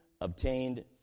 obtained